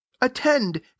ATTEND